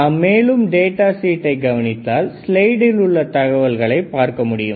நாம் மேலும் டேட்டா ஷீட்டை கவனித்தால் ஸ்லைடில் உள்ள தகவல்களை பார்க்க முடியும்